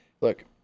look